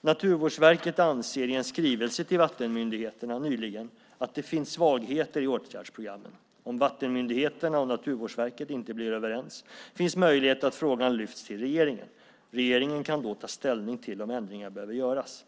Naturvårdsverket anser i en skrivelse till vattenmyndigheterna nyligen att det finns svagheter i åtgärdsprogrammen. Om vattenmyndigheterna och Naturvårdsverket inte blir överens, finns möjlighet att frågan lyfts till regeringen. Regeringen kan då ta ställning till om ändringar behöver göras.